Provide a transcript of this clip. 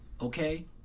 Okay